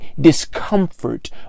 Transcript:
discomfort